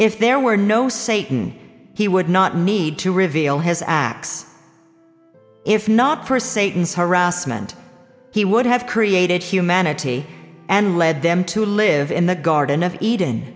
if there were no satan he would not need to reveal his acts if not for satan's harassment he would have created humanity and led them to live in the garden of eden